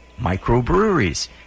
microbreweries